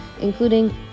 including